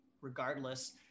regardless